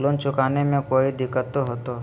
Loan चुकाने में कोई दिक्कतों होते?